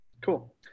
Cool